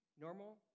normal